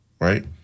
right